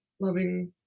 loving